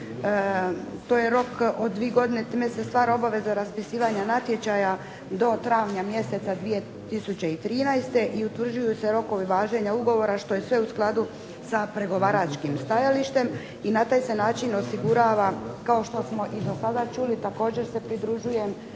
To je rok od dvije godine i time se stvara obveza raspisivanja natječaja do travnja mjeseca 2013. i utvrđuju se rokovi važenja ugovora što je sve u skladu sa pregovaračkim stajalištem i na taj način se osigurava kao što smo i do sada čuli također se pridružujem